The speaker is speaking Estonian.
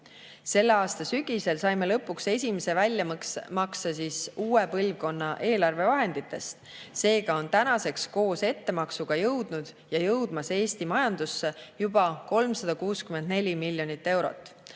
Selle aasta sügisel saime lõpuks esimese väljamakse uue põlvkonna eelarvevahenditest, seega on tänaseks koos ettemaksuga jõudnud ja jõudmas Eesti majandusse juba 364 miljonit eurot